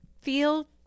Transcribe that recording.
feel